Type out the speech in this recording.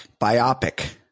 Biopic